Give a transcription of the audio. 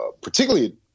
particularly